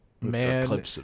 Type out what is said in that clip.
man